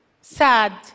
sad